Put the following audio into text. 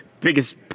Biggest